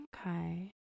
Okay